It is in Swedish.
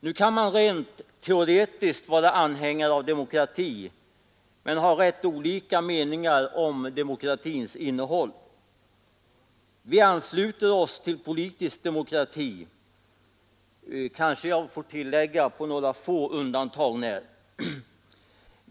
Nu kan man rent teroretiskt vara anhängare av demokrati men ha rätt olika meningar om demokratins innehåll. Vi ansluter oss till politisk demokrati.